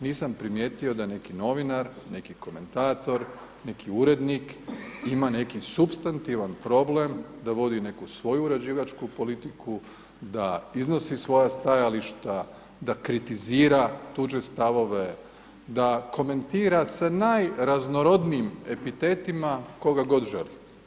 Nisam primijetio da neki novinar, neki komentator, neki urednik ima neki supstantivan problem da vodi neku svoju uređivačku politiku, da iznosi svoja stajališta, da kritizira tuđe stavove, da komentira sa najraznorodnijim epitetima koga god želi.